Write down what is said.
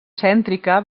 cèntrica